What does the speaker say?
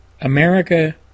America